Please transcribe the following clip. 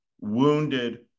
wounded